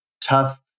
tough